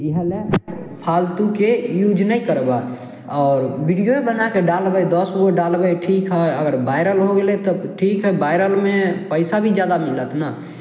तऽ इएहे लए फालतूके यूज नहि करू अहाँ वीडियोए बनाके डालबय दस गो डालबय ठीक हइ अगर वायरल हो गेलय तब ठीक हइ वायरलमे पैसा भी जादा मिलत ने